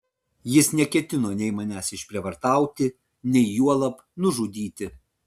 jis neketino nei manęs išprievartauti nei juolab nužudyti